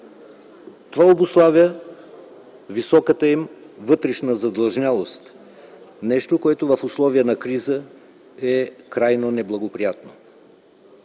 Това обуславя високата им вътрешна задлъжнялост – нещо, което в условия на криза е крайно неблагоприятно.